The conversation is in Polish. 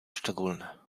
szczególne